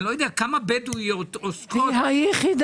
אני לא יודעת כמה בדואיות עוסקות --- היא היחידה,